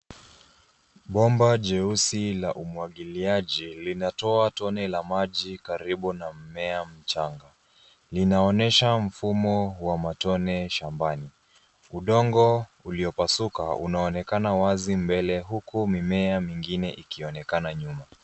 Bomba jeusi la umwagiliaji linatoa tone la maji karibu na mmea mchanga. Linaonyesha mfumo wa matone shambani. Udongo uliopasuka unaonekana wazi mbele, huku mimea mingine ikionenaka nyuma.